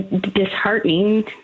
disheartening